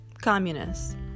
communists